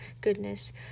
goodness